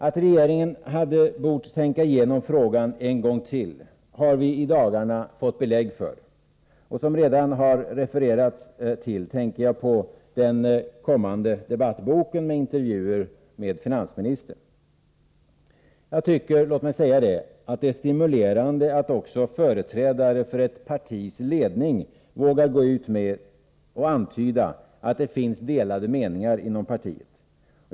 Att regeringen hade bort tänka igenom frågan en gång till har vi i dagarna fått belägg för. Jag tänker på den kommande debattboken med intervjuer med finansministern, som det redan har refererats till. Jag tycker — låt mig säga det — att det är stimulerande att också företrädare för ett partis ledning vågar gå ut med och antyda att det finns delade meningar inom partiet.